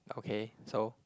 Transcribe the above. okay so